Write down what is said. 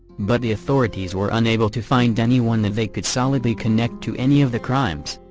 but the authorities were unable to find anyone that they could solidly connect to any of the crimes.